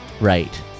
right